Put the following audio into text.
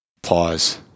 Pause